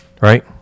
right